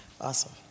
Awesome